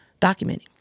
documenting